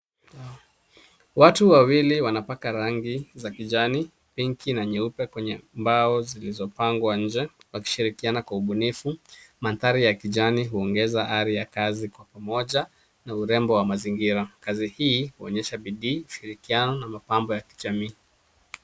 Watu wawili wanapaka rangi za kijani, pinki na nyeupe kwenye mbao zilizopangwa nje wakishirikiana kwa ubunifu. Mandhari ya kijani huongeza ari ya kazi kwa umoja na urembo wa mazingira. Kazi hii huonyesha bidii, mapambo na ushirikiano wa kijamii.